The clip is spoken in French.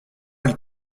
elle